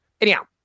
Anyhow